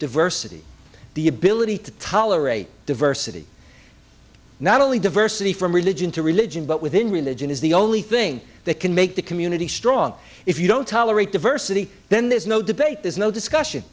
diversity the ability to tolerate diversity not only diversity from religion to religion but within religion is the only thing that can make the community strong if you don't tolerate diversity then there's no debate there's no discussion